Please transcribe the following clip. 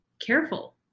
Careful